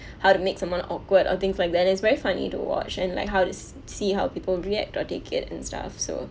how to make someone awkward or things like that and it's very funny to watch and like how to see how people react or take it and stuff so